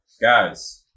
guys